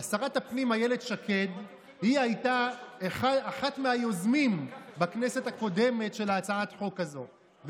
שרת הפנים אילת שקד הייתה אחת היוזמים של הצעת החוק הזאת בכנסת הקודמת,